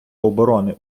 оборони